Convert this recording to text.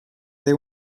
they